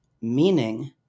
meaning